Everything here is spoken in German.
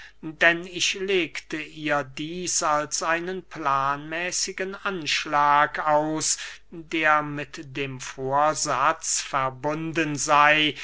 denn ich legte ihr dieß als einen planmäßigen anschlag aus der mit dem vorsatz verbunden sey